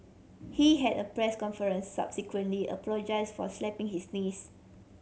he had a press conference subsequently apologise for slapping his niece